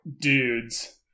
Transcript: dudes